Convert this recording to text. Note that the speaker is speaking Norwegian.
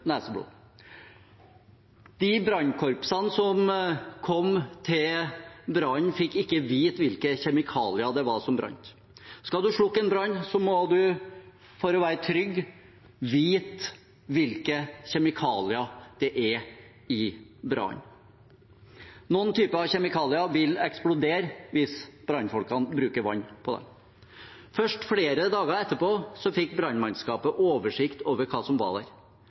De brannkorpsene som kom til brannen, fikk ikke vite hvilke kjemikalier det var som brant. Skal man slokke en brann, må man for å være trygg vite hvilke kjemikalier det er i brannen. Noen typer kjemikalier vil eksplodere hvis brannfolkene bruker vann på dem. Først flere dager etterpå fikk brannmannskapet oversikt over hva som var der.